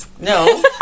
No